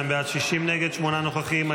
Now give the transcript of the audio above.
42 בעד, 60 נגד, שמונה נוכחים.